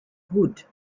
hood